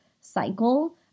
cycle